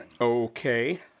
Okay